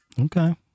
Okay